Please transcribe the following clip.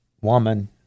Woman